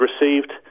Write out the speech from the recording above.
received